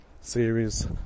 series